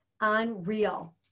Unreal